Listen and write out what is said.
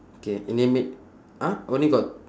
K in the m~ !huh! only got